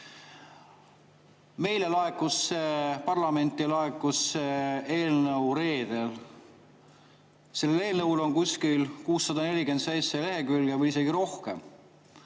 Meile parlamenti laekus see eelnõu reedel. Sellel eelnõul on 647 lehekülge või isegi rohkem.